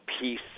peace